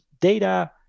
data